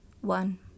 One